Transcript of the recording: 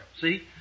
see